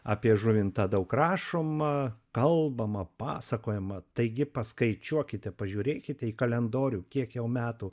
apie žuvintą daug rašoma kalbama pasakojama taigi paskaičiuokite pažiūrėkite į kalendorių kiek jau metų